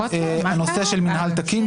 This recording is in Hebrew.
נושא של מינהל תקין,